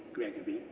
gregory,